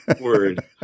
word